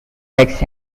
pax